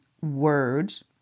words